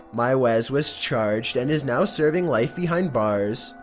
mewies was charged and is now serving life behind bars.